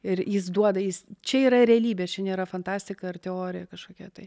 ir jis duoda jis čia yra realybė čia nėra fantastika ar teorija kažkokia tai